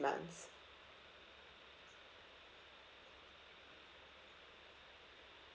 months